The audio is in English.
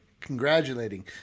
congratulating